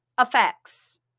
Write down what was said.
effects